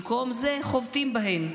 במקום זה חובטים בהן.